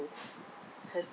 has